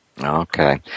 Okay